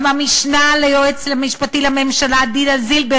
גם המשנה ליועץ המשפטי לממשלה דינה זילבר